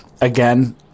again